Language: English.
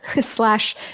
slash